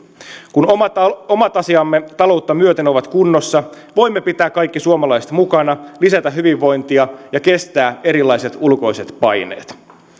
kun omat omat asiamme taloutta myöten ovat kunnossa voimme pitää kaikki suomalaiset mukana lisätä hyvinvointia ja kestää erilaiset ulkoiset paineet